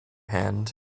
hand